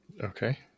Okay